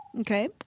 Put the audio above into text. Okay